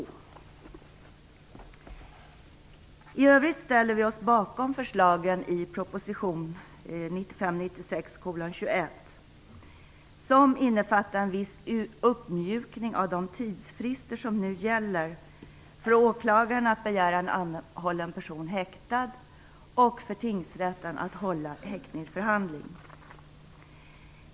I övrigt ställer vi oss bakom förslagen i proposition 1995/96:21, som innefattar viss uppmjukning av de tidsfrister som nu gäller för åklagaren att begära en anhållen person häktad och för tingsrätten att hålla häktningsförhandling.